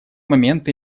момент